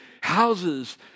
houses